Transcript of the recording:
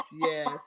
yes